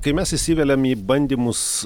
kai mes įsiveliam į bandymus